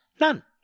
None